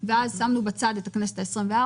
ואז שמנו בצד את הכנסת ה-24.